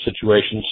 situations